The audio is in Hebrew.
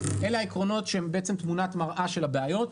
אלה העקרונות שהם תמונת מראה של הבעיות.